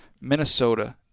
Minnesota